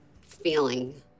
feeling